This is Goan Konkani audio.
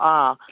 आं